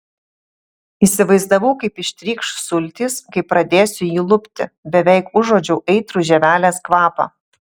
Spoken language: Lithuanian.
įsivaizdavau kaip ištrykš sultys kai pradėsiu jį lupti beveik užuodžiau aitrų žievelės kvapą